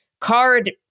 Card